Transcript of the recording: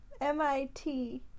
MIT